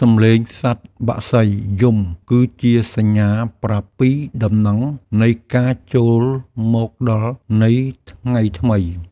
សំឡេងសត្វបក្សីយំគឺជាសញ្ញាប្រាប់ពីដំណឹងនៃការចូលមកដល់នៃថ្ងៃថ្មី។